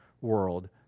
world